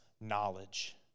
knowledge